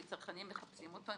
כי צרכנים מחפשים אותו.